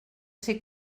ser